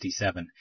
1967